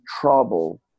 trouble